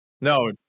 no